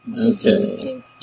Okay